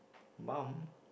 mum